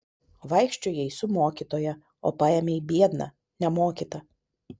vaikščiojai su mokytoja o paėmei biedną nemokytą